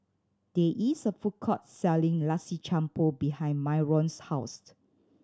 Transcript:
there is a food court selling Nasi Campur behind Myron's housed